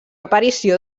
aparició